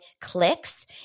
clicks